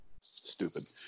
Stupid